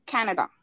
Canada